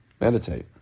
Meditate